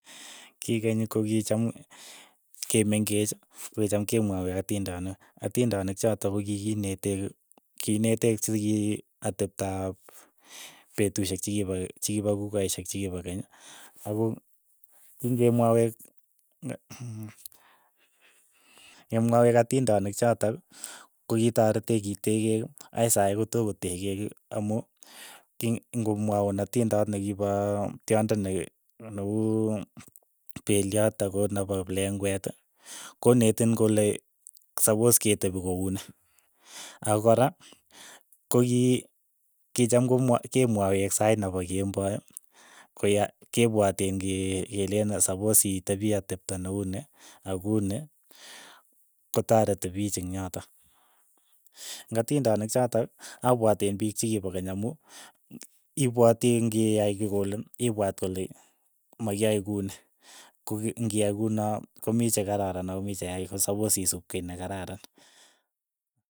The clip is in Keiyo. Ki keny ko ki cham kemeng'ech kokicham kemwoywech atindonok, atindonik chotok ko kikinetee kineteech sikik ateptop petushiek chikipa chikipa kukoishek chikipa keny, ako king'emwawech ne kemwawech atindonik chotok, kokitaretech kitekeech akoi sai kotokotekeki amu king'omwaun atindot nekipo tyondo ne uu peliot akot nepo kipleng'wet, konetin kole sapos ketepi kouni, akokora, koki kicham komwa kemwaywech sait nepo kemboi, koya kepwaten nge keleen sapos itepii atepto ne uni. akuni kotareti piich eng' yotok, ng'atindonik chotok apwaten piik chekipo keny amu ipwati ng'iyai kiy kole. ipwat kole mayai kuni, ko ng'iyai kuno komii chekararan ako mii cheyaach ko sapos isuup kei ne kararan.